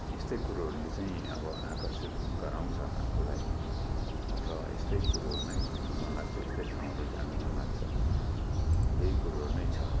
यस्तै कुरोहरले चाहिँ आब आकर्षित गराउँछ आफूलाई र यस्तै कुरोहरू नै घुम्नु मन लाग्छ यस्तै ठाउँहरू जान मन लाग्छ यही कुरोहरू नै छ